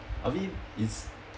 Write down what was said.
I mean it's